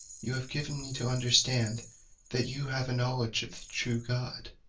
you have given me to understand that you have a knowledge of the true god.